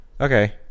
Okay